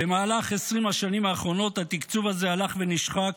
במהלך 20 השנים האחרונות התקצוב הזה הלך ונשחק,